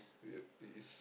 yup it is